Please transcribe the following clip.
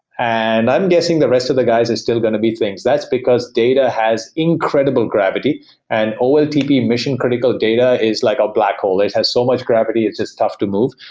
and i'm guessing the rest of the guys is still going to be things. that's because data has incredible gravity and oltp mission-critical data is like a black hole. it has so much gravity. it's just tough to move.